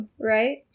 right